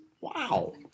wow